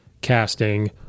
casting